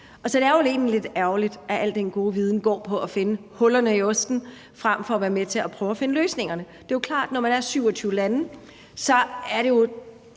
er det vel egentlig lidt ærgerligt, at al den gode viden går på at finde hullerne i osten frem for at være med til at prøve at finde løsningerne. Det er jo klart, at når man er 27 lande, er det jo